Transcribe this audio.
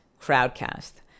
Crowdcast